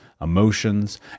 emotions